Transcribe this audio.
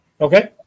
Okay